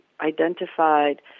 identified